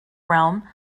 realm